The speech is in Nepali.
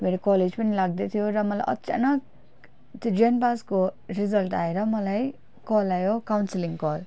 मेरो कलेज पनि लाग्दै थियो र मलाई अचानक त्यो जेएन पासको रिजल्ट आएर मलाई कल आयो काउन्सिलिङ कल